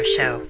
Show